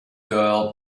girl